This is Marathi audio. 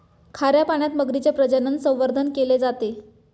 खाऱ्या पाण्यात मगरीचे प्रजनन, संवर्धन केले जाते